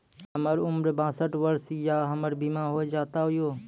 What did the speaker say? हमर उम्र बासठ वर्ष या हमर बीमा हो जाता यो?